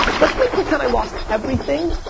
let's make pretend i lost everything,